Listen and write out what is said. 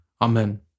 Amen